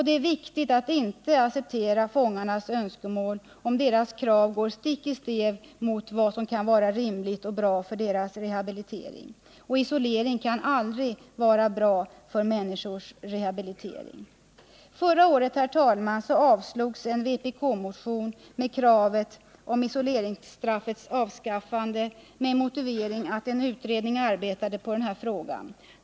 Det är viktigt att inte acceptera fångarnas önskemål, om deras krav går stick i stäv mot vad som kan vara rimligt och bra för deras rehabilitering. Isolering kan aldrig vara bra för människors rehabilitering. Förra året, herr talman, avslogs en vpKk-motion med kravet om isoleringsstraffets avskaffande med motivering att en utredning arbetade på den här frågan.